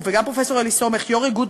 רגע,